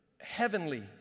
heavenly